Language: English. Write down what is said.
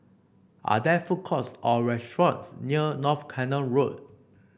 are there food courts or restaurants near North Canal Road